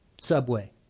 Subway